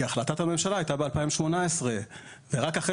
כי החלטת המשלה הייתה ב-2018 ורק אחרי